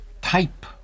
type